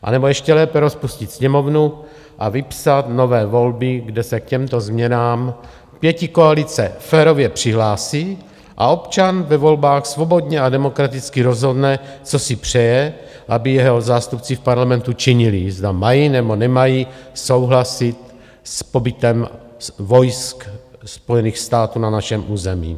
Anebo ještě lépe rozpustit Sněmovnu a vypsat nové volby, kde se k těmto změnám pětikoalice férově přihlásí, a občan ve volbách svobodně a demokraticky rozhodne, co si přeje, aby jeho zástupci v Parlamentu činili, zda mají, nebo nemají souhlasit s pobytem vojsk Spojených států na našem území.